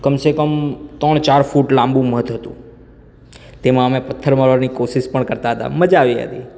કમ સે કમ ત્રણ ચાર ફૂટ લાંબું મધ હતું તેમાં અમે પથ્થર મારવાની કોશિશ કરતા હતા મજા આવી હતી